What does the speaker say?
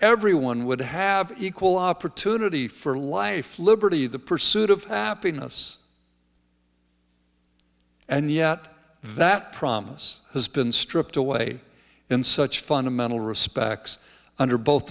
everyone would have equal opportunity for life liberty the pursuit of happiness and yet that promise has been stripped away in such fundamental respects under both